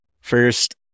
first